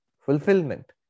fulfillment